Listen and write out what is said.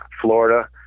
Florida